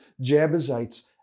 Jebusites